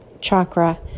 chakra